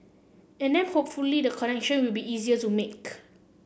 and then hopefully the connection will be easier to make